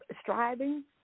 striving